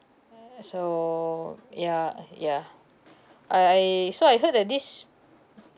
so ya yeah uh I so I heard that this